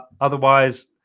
otherwise